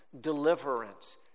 deliverance